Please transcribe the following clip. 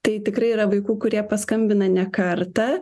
tai tikrai yra vaikų kurie paskambina ne kartą